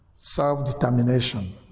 self-determination